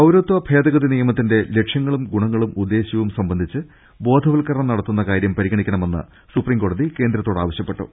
പൌരത്വഭേദഗതി നിയമത്തിന്റെ ലക്ഷ്യങ്ങളും ഗുണങ്ങളും ഉദ്ദേ ശൃവും സംബന്ധിച്ച് ബോധവൽക്കരണം നടത്തുന്ന കാര്യം പരി ഗണിക്കണമെന്ന് സുപ്രീംകോടതി കേന്ദ്രത്തോട് ആവശ്യപ്പെട്ടു